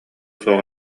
суох